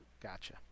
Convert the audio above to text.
Gotcha